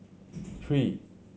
three